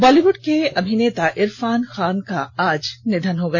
बॉलीवुड के अभिनेता इरफान खान का आज निधन हो गया